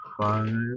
five